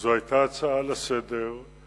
זו היתה הצעה לסדר-היום,